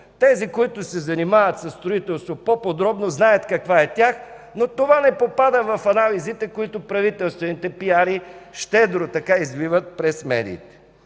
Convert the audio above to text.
Тези, които се занимават по-подробно със строителство, знаят каква е тя, но това не попада в анализите, които правителствените пиари щедро изливат през медиите.